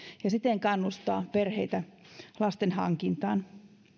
ja siten kannustaa perheitä lastenhankintaan